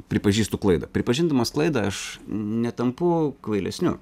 pripažįstu klaidą pripažindamas klaidą aš netampu kvailesniu